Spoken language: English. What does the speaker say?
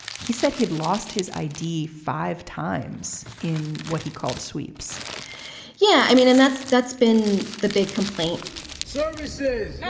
he said he'd lost his i d. five times in what he called sweeps yeah. i mean, and that's that's been the big complaint yeah yeah